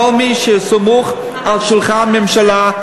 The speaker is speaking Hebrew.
כל מי שסמוך על שולחן הממשלה,